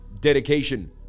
dedication